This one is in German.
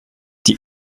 die